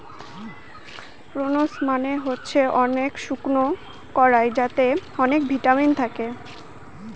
prunes মানে হচ্ছে শুকনো বরাই যাতে অনেক ভিটামিন থাকে